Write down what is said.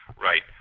Right